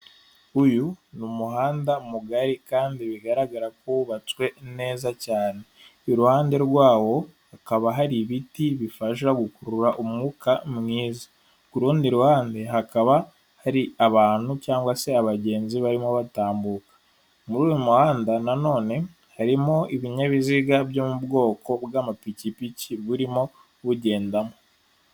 Uyu ni umuhanda mugari kandi bigaragara ko wubatswe neza cyane, iruhande rwawo hakaba hari ibiti bifasha gukurura umwuka mwiza, ku rundi ruhande hakaba hari abantu cyangwa se abagenzi barimo batambuka, muri uyu muhanda nanone harimo ibinyabiziga byo mu bwoko bw'amapikipiki burimo bugendamo.